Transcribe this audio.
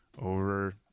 over